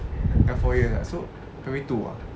four years ah so primary two ah